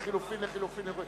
לחלופין, לחלופין, לחלופין.